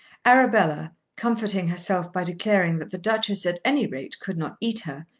arabella, comforting herself by declaring that the duchess at any rate could not eat her,